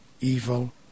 evil